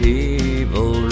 evil